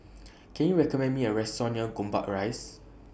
Can YOU recommend Me A Restaurant near Gombak Rise